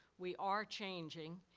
we are changing.